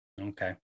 Okay